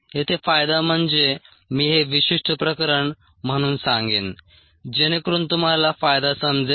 येथे फायदा म्हणजे मी हे विशिष्ट प्रकरण म्हणून सांगेन जेणेकरून तुम्हाला फायदा समजेल